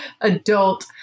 adult